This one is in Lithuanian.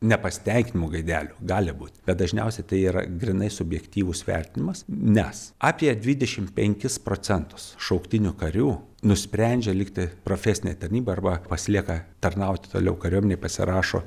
nepasitenkinimo gaidelių gali būt bet dažniausiai tai yra grynai subjektyvus vertinimas nes apie dvidešim penkis procentus šauktinių karių nusprendžia likti profesinėj tarnyboj arba pasilieka tarnaut toliau kariuomenėj pasirašo